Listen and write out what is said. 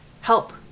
help